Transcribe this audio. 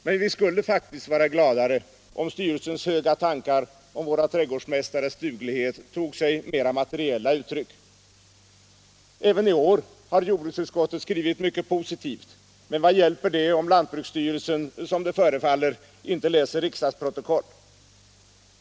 Men vi skulle faktiskt vara gladare, om styrelsens höga tankar om våra trädgårdsmästares duglighet tog sig mera materiella uttryck. Även i år har jordbruksutskottet skrivit mycket positivt — men vad hjälper det om lantbruksstyrelsen, som det förefaller, inte läser riksdagsprotokoll?